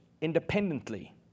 independently